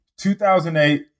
2008